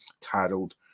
titled